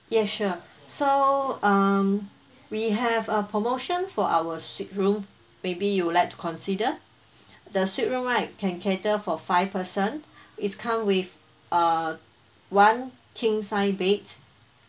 yes sure so um we have a promotion for our suite room maybe you would like to consider the suite room right can cater for five person is come with err one king size bed